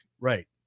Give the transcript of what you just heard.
Right